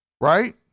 Right